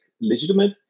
legitimate